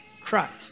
Christ